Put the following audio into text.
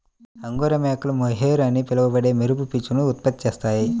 angora మేకలు mohair అని పిలువబడే మెరుపు పీచును ఉత్పత్తి చేస్తాయి